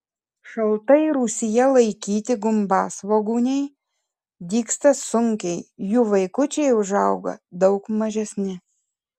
šaltai rūsyje laikyti gumbasvogūniai dygsta sunkiai jų vaikučiai užauga daug mažesni